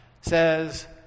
says